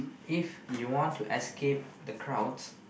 if you want to escape the crowds